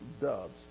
doves